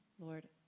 Lord